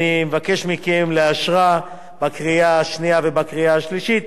אני מבקש מכם לאשרה בקריאה השנייה ובקריאה השלישית.